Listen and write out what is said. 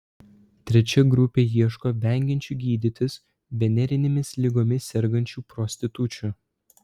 trečia grupė ieško vengiančių gydytis venerinėmis ligomis sergančių prostitučių